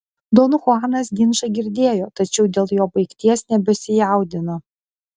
don chuanas ginčą girdėjo tačiau dėl jo baigties nebesijaudino